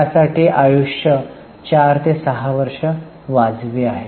त्यासाठी आयुष्य 4 ते 6 वर्षे वाजवी आहे